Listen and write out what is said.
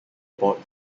port